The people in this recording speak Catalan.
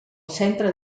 centre